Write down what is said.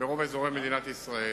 ברוב אזורי מדינת ישראל,